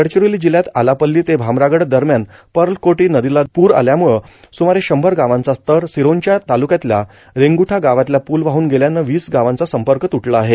गडचिरोली जिल्ह्यात आलापल्ली ते भामरागड दरम्यान पर्लकोटी नदीला पूर आल्यामुळं सुमारे शंभर गावांचा तर सिरोंचा तालुक्यातल्या रेंग्रुठा भागातला पूल वाहून गेल्यानं वीस गावांचा संपर्क तुटला आहे